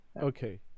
Okay